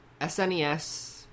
SNES